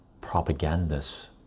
propagandists